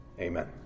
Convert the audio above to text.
amen